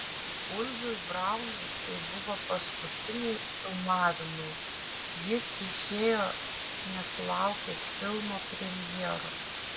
uldžiui braunui tai buvo paskutiniai filmavimai jis išėjo nesulaukęs filmo premjeros